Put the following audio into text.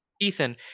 Ethan